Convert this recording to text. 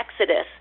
exodus